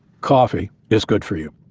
coffee is good for you.